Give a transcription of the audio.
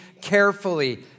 carefully